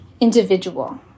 individual